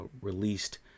released